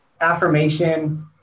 affirmation